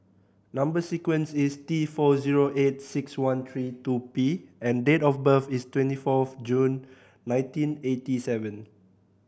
number sequence is T four zero eight six one three two P and date of birth is twenty fourth June nineteen eighty seven